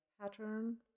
pattern